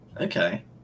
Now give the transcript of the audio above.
Okay